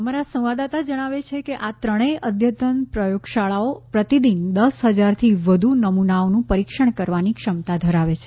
અમારા સંવાદદાતા જણાવે છે કે આ ત્રણેય અદ્યતન પ્રયોગશાળાઓ પ્રતિદિન દસ હજારથી વધુ નમૂનાઓનું પરિક્ષણ કરવાની ક્ષમતા ધરાવે છે